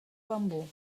bambú